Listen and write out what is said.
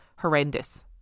horrendous